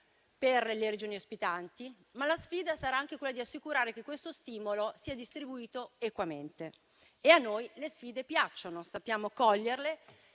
per le Regioni ospitanti, ma la sfida sarà anche quella di assicurare che questo stimolo sia distribuito equamente. A noi le sfide piacciono, sappiamo coglierle,